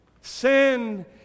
Sin